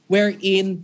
Wherein